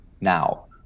now